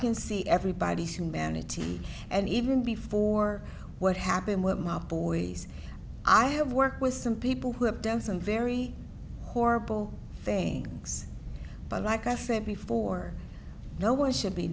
can see everybody's humanity and even before what happened with my boys i have worked with some people who have done some very horrible things but like i said before no one should be